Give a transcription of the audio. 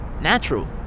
natural